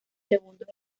segundos